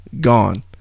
Gone